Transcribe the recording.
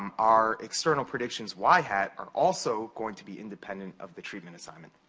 um our external predictions, y hat, are also going to be independent of the treatment assignment.